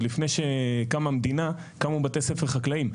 לפני שקמה המדינה קמו בתי ספר חקלאיים.